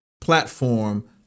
platform